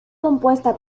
compuesta